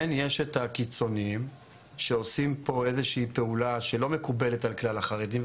כן יש את הקיצוניים שעושים פה איזושהי פעולה שלא מקובלת על כלל החרדים,